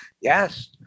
yes